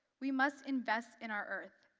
we must invest in our earth.